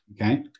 okay